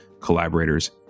collaborators